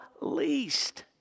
least